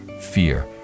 fear